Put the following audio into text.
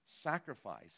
Sacrifice